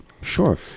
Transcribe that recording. sure